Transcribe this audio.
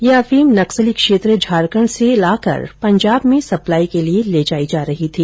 यह अफीम नक्सली क्षेत्र झारखण्ड से लाकर पंजाब में सप्लाई के लिए ले जाई जा रही थी